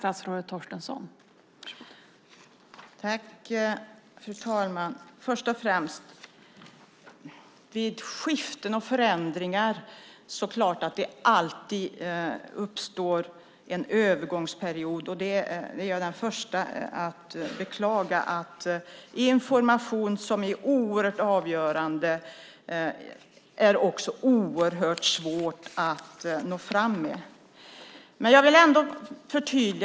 Fru talman! Vid skiften och förändringar är det klart att det alltid uppstår en övergångsperiod. Jag är den första att beklaga att information som är oerhört avgörande också är oerhört svår att nå fram med. Jag vill ändå förtydliga detta.